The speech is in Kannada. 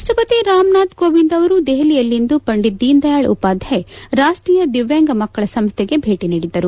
ರಾಷ್ಷಪತಿ ರಾಮನಾಥ್ ಕೋವಿಂದ್ ಅವರು ದೆಹಲಿಯಲ್ಲಿಂದು ಪಂಡಿತ್ ದೀನದಯಾಳ್ ಉಪಾಧ್ಯಾಯ ರಾಷ್ಟೀಯ ದಿವ್ಚಾಂಗ ಮಕ್ಕಳ ಸಂಸ್ಥೆಗೆ ಭೇಟ ನೀಡಿದ್ದರು